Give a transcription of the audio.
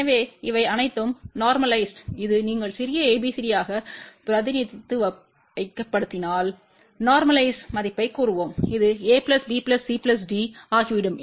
எனவே இவை அனைத்தும் நோர்மலைஸ்பட்டால் இது நீங்கள் சிறிய ABCDயாக பிரதிநிதித்துவப்படுத்தினால் நோர்மலைஸ் மதிப்பைக் கூறுவோம் இது a b c d ஆகிவிடும்